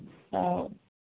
ओ